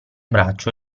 braccio